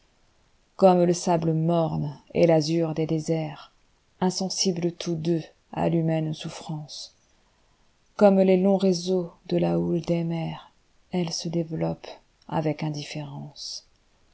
comme le sable morne et tazur des déserts insensibles tous deux à l'humaine souffrance comme les longs réseaux de la houle des mers elle se développe avec indifférence